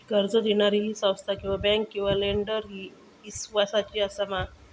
कर्ज दिणारी ही संस्था किवा बँक किवा लेंडर ती इस्वासाची आसा मा?